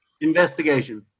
Investigation